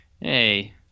Hey